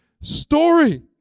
story